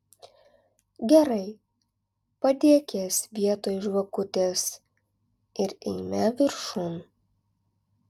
gerai padėk jas vietoj žvakutės ir eime viršun